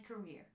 career